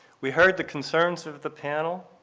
we heard the concerns of the panel.